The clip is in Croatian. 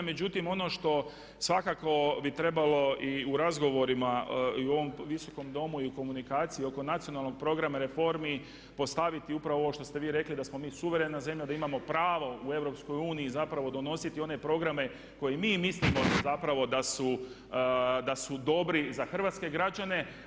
Međutim, ono što svakako bi trebalo i u razgovorima i u ovom Visokom domu i u komunikaciji oko Nacionalnog programa reformi postaviti upravo ovo što ste vi rekli da smo mi suverena zemlja, da imamo pravo u EU zapravo donositi one programe koje mi mislimo zapravo da su dobri za hrvatske građane.